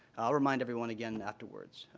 i'll remind everyone again afterwards.